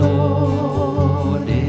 Lord